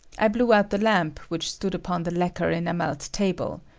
i blew out the lamp which stood upon the lacquer-enameled table.